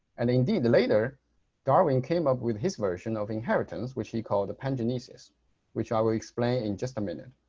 and indeed later darwin came up with his version of inheritance which he called the pangenesis which i will explain in just a minute.